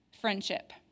friendship